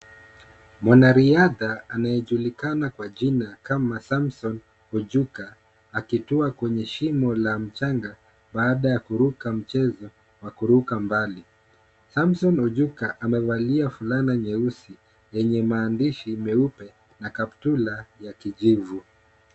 Mwanariadha anayejulikana kwa jina kama Samson ojuka akitua kwenye shimo ya mchanga baada kucheza mchezo wa kuruka mbali. Samson Ojuka amevalia fulana nyeusi yenye maandishi meupe na kaptura ya kijivu.